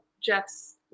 Jeff's